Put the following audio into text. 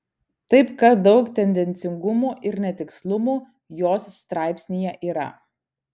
taip kad daug tendencingumų ir netikslumų jos straipsnyje yra